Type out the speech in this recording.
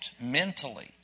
mentally